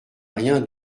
rien